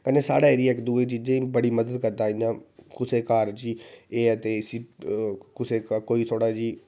कन्नै साढ़ा एरिया इक्क दूए दी बड़ी मदद करदा इंया कुसै दे कारज़ ऐ ते एह् कोई केह्ड़ा जी